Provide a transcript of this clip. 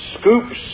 scoops